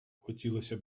хотілося